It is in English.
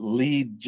lead